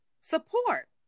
support